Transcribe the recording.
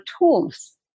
tools